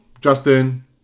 Justin